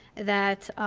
that